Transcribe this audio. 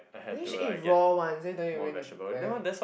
then you should eat raw one so you don't even need to prepare